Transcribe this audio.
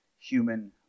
human